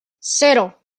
cero